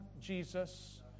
Jesus